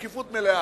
שקיפות מלאה.